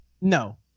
No